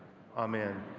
amen.